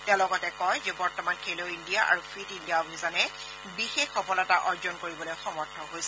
তেওঁ লগতে কয় যে বৰ্তমান খেলো ইণ্ডিয়া আৰু ফিট ইণ্ডিয়া অভিযানে বিশেষ সফলতা অৰ্জন কৰিবলৈ সমৰ্থ হৈছে